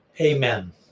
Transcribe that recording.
Amen